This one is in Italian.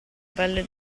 pelle